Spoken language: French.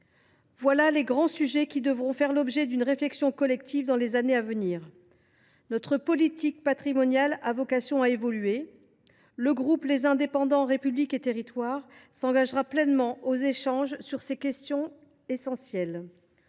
Voilà les grands sujets qui devront faire l’objet d’une réflexion collective dans les années à venir. Notre politique patrimoniale a vocation à évoluer. Le groupe Les Indépendants – République et Territoires s’engagera pleinement dans les échanges sur ces questions essentielles.